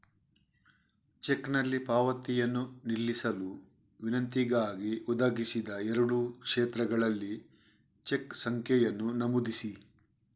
ಚೆಕ್ನಲ್ಲಿ ಪಾವತಿಯನ್ನು ನಿಲ್ಲಿಸಲು ವಿನಂತಿಗಾಗಿ, ಒದಗಿಸಿದ ಎರಡೂ ಕ್ಷೇತ್ರಗಳಲ್ಲಿ ಚೆಕ್ ಸಂಖ್ಯೆಯನ್ನು ನಮೂದಿಸಿ